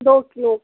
दो किलो